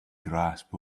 grasp